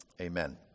Amen